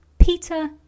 Peter